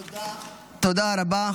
תודה, תודה רבה.